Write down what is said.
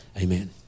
Amen